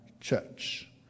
church